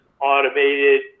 automated